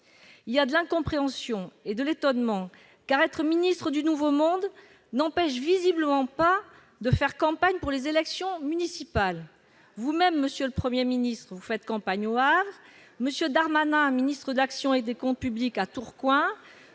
Il y a de l'incompréhension et de l'étonnement, car être ministre du nouveau monde n'empêche visiblement pas de faire campagne pour les élections municipales : vous-même, monsieur le Premier ministre, faites campagne au Havre ; M. Darmanin, ministre de l'action et des comptes publics, à Tourcoing